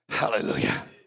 Hallelujah